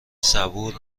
صبور